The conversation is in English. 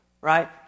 right